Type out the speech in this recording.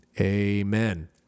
amen